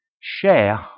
Share